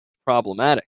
problematic